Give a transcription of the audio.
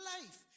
life